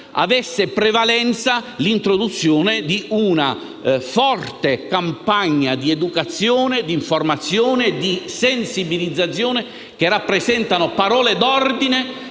avesse prevalso la promozione di una forte campagna di educazione, informazione e sensibilizzazione, che rappresentano parole d'ordine